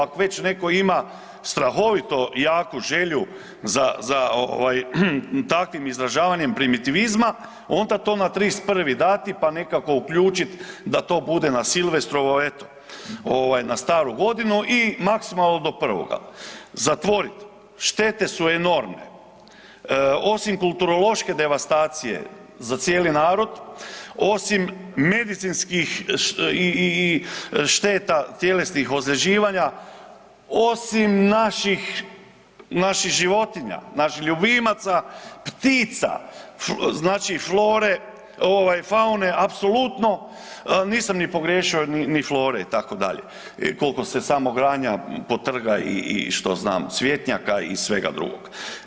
Ako već neko ima strahovito jaku želju za takvim izražavanjem primitivizma onda to na 31. dati pa nekako uključiti da to bude na Silvestrovo eto na staru godinu i maksimalno do 1. Zatvorit, štete su enormne osim kulturološke devastacije za cijeli narod, osim medicinskih šteta tjelesnih ozljeđivanja, osim naših životinja, naših ljubimaca, ptica, znači flore, faune apsolutno nisam ni pogriješio ni flore itd. koliko se samo granja potrga i što zna cvijetnjaka i svega drugog.